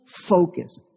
focus